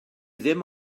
ddim